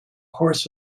horse